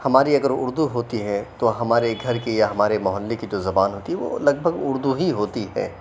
ہماری اگر اُردو ہوتی ہے تو ہمارے گھر کی یا ہمارے محلے کی جو زبان ہوتی ہے وہ لگ بھگ اُردو ہی ہوتی ہے